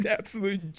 absolute